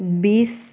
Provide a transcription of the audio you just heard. বিছ